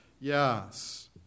Yes